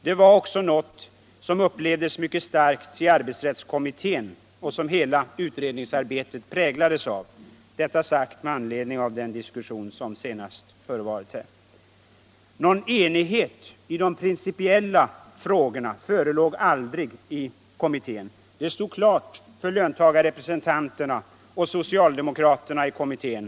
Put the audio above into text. Det var också något som upplevdes mycket starkt i arbetsrättskommittén och som hela utredningsarbetet präglades av. — Detta sagt med anledning av den diskussion som nyss förevarit här. Någon enighet i de principiella frågorna förelåg aldrig i kommittén. Detta stod hela tiden klart för löntagarrepresentanterna och socialdemokraterna i kommittén.